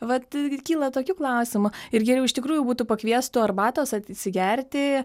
vat kyla tokių klausimų ir geriau iš tikrųjų būtų pakviestų arbatos atsigerti